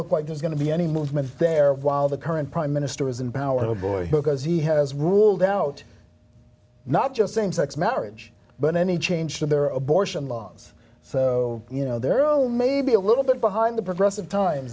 look like there's going to be any movement there while the current prime minister is in power boy because he has ruled out not just same sex marriage but any change to their abortion laws so you know they're all maybe a little bit behind the progressive time